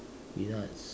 peanuts